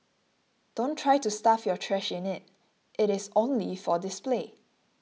don't try to stuff your trash in it it is only for display